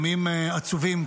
ימים עצובים,